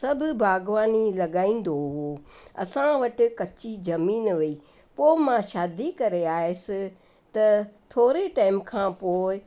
सब बाग़बानी लॻाईंदो हुओ असां वटि कच्ची ज़मीन हुई पोइ मां शादी करे आयसि त थोरे टाइम खां पोइ